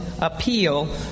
appeal